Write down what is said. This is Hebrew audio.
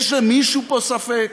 יש למישהו פה ספק?